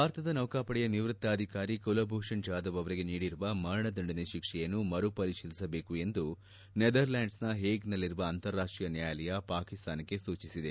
ಭಾರತದ ನೌಕಾಪಡೆಯ ನಿವೃತ್ತ ಅಧಿಕಾರಿ ಕುಲಭೂಷಣ್ ಜಾಧವ್ ಅವರಿಗೆ ನೀಡಿರುವ ಮರಣದಂಡನೆ ಶಿಕ್ಷೆಯನ್ನು ಮರುಪರಿತೀಲಿಸಬೇಕು ಎಂದು ನೆದರ್ಲ್ಲಾಂಡ್ನದ ಹೇಗ್ನಲ್ಲಿರುವ ಅಂತಾರಾಷ್ಷೀಯ ನ್ಲಾಯಾಲಯ ಪಾಕಿಸ್ತಾನಕ್ಕೆ ಸೂಚಿಸಿದೆ